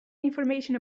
information